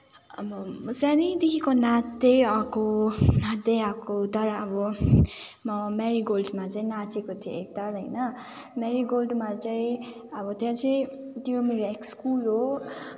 अब सानैदेखिको नाच्दै आएको नाच्दै आएको तर अब म मेरीगोल्डमा चाहिँ नाचेको थिएँ एकताल होइन मेरीगोल्डमा चाहिँ अब त्यहाँ चाहिँ त्यो मेरो एक्स स्कुल हो